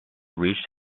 reached